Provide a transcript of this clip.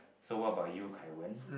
so what about you Kai Wen